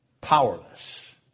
powerless